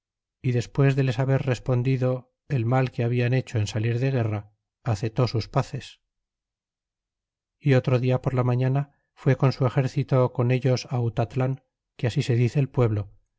y despues de les haber respondido el mal que hablan hecho en salir de guerra acetó sus paces e otro dia por la mañana fué con su exército con ellos mallan que ansi se dice el pueblo